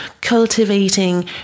cultivating